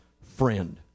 friend